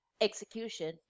execution